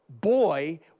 boy